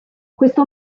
questo